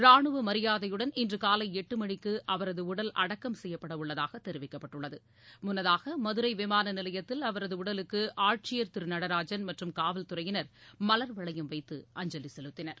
ராணுவமரியாதையுடன் இன்றுகாலைஎட்டுமணிக்குஅவரதுஉடல் அடக்கம் செய்யப்படஉள்ளதாகதெரிவிக்கப்பட்டுள்ளது மதுரைவிமானநிலையத்தில் அவரதுஉடலுக்குஆட்சியர் முன்னதாக திருநடராஜன் மற்றும் காவல்துறையினர் மலர் வளையம் வைத்து அஞ்சலிசெலுத்தினர்